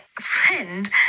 friend